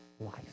life